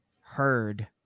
heard